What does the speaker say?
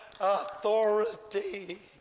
authority